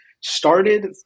started